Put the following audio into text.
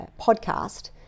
podcast